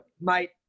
mate